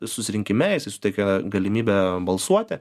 susirinkime suteikia galimybę balsuoti